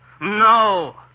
No